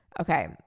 okay